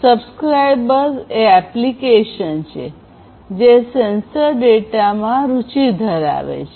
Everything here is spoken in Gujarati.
સબ્સ્ક્રાઇબર્સ એ એપ્લિકેશન છે જે સેન્સર ડેટામાં રુચિ ધરાવે છે